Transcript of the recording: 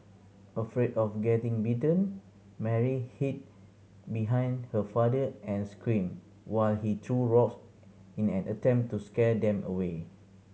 afraid of getting bitten Mary hid behind her father and screamed while he threw rocks in an attempt to scare them away